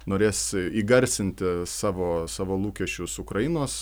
norės įgarsinti savo savo lūkesčius ukrainos